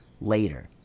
later